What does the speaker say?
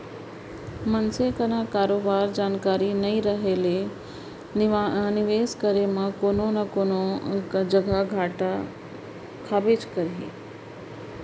मनसे करा बरोबर जानकारी नइ रहें ले निवेस करे म कोनो न कोनो जघा घाटा खाबे करही